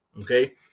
okay